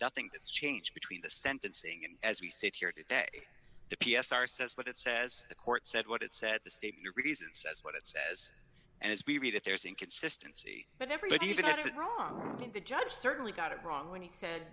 nothing that's changed between the sentencing and as we sit here today the p s r says what it says the court said what it said the state reason says what it says and as we read it there's inconsistency but everybody got it wrong and the judge certainly got it wrong when he said